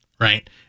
right